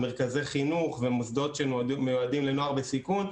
מרכזי חינוך ומוסדות שמיועדים לנוער בסיכון.